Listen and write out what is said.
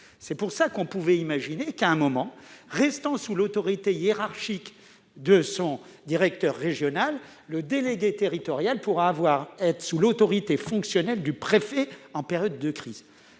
était possible d'imaginer qu'en restant sous l'autorité hiérarchique de son directeur régional, le délégué territorial pourrait être placé sous l'autorité fonctionnelle du préfet en période de crise.